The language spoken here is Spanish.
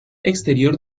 exterior